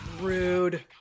Rude